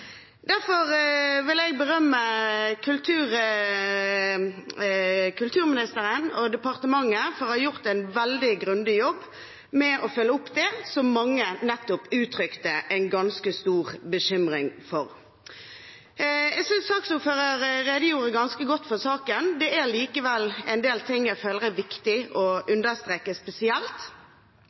Derfor vil jeg berømme kulturministeren og departementet for å ha gjort en veldig grundig jobb med å følge opp det som mange nettopp uttrykte en ganske stor bekymring for. Jeg synes saksordføreren redegjorde ganske godt for saken. Det er likevel en del ting jeg føler er viktig å understreke spesielt,